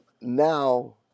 now –